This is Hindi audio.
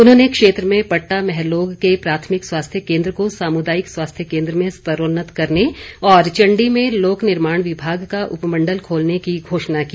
उन्होंने क्षेत्र में पटटा महलोग के प्राथमिक स्वास्थ्य केन्द्र को सामुदायिक स्वास्थ्य केन्द्र में स्तरोन्नत करने और चण्डी में लोक निर्माण विभाग का उपमण्डल खोलने की घोषणा की